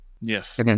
Yes